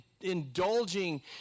indulging